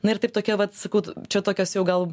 na ir taip tokia vat sakau čia tokios jau gal